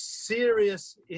Serious